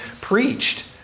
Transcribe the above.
preached